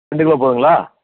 ரெண்டு கிலோ போதும்ங்களா